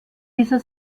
dieser